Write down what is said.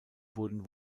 wurden